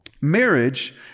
marriage